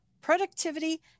productivity